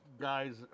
Guys